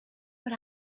but